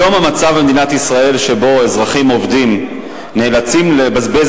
היום המצב במדינת ישראל הוא שאזרחים עובדים נאלצים לעתים לבזבז